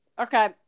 Okay